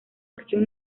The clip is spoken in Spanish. acción